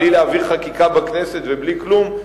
בלי להעביר חקיקה בכנסת ובלי כלום,